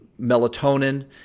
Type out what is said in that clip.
melatonin